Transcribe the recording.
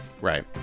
Right